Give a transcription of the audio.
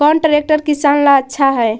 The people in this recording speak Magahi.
कौन ट्रैक्टर किसान ला आछा है?